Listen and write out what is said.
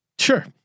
Sure